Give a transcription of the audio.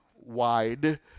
wide